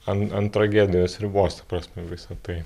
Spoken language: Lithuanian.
ant ant tragedijos ribos ta prasme visa tai